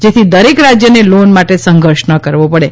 જેથી દરેક રાજ્યને લોન માટે સંઘર્ષ ન કરવો પડે